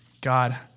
God